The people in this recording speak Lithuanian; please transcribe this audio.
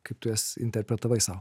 kaip tu jas interpretavai sau